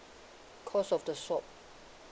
cause of the swab